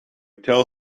tell